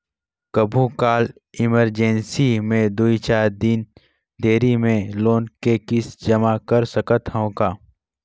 कभू काल इमरजेंसी मे दुई चार दिन देरी मे लोन के किस्त जमा कर सकत हवं का?